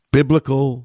Biblical